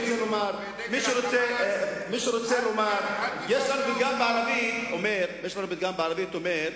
יש לנו פתגם בערבית שאומר: